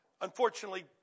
Unfortunately